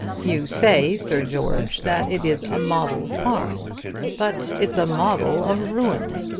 you say, sir george, that it is a model farm but it's a model of ruin.